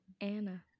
Anna